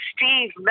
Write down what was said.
Steve